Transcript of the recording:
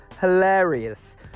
hilarious